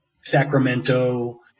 Sacramento